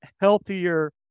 healthier